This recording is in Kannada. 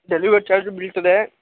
ಡೆಲಿವರಿ ಚಾರ್ಜು ಬೀಳ್ತದೆ